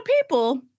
people